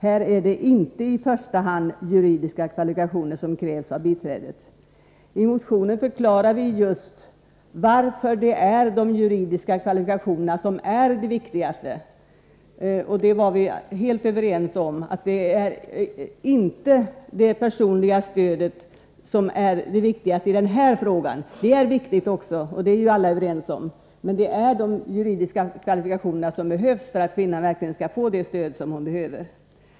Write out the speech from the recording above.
Här är det inte i första hand juridiska kvalifikationer som krävs av biträdet.” I motionen förklarar vi just varför det är de juridiska kvalifikationerna som är de viktigaste. Det var vi helt överens om. Det är inte det personliga stödet som är det viktigaste i den här frågan. Det är viktigt också, och det är alla överens om, men det är de juridiska kvalifikationerna som behövs för att kvinnorna verkligen skall få det stöd de behöver.